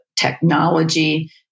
technology